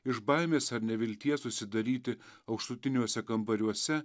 iš baimės ar nevilties užsidaryti aukštutiniuose kambariuose